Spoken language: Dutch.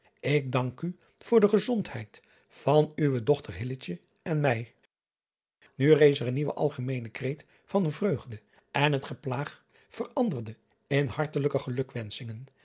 k dank u voor de gezondheid van uwe dochter en mij u rees er een nieuwe algemeene kreet van vreugde en het geplaag veranderde in hartelijke